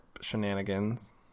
shenanigans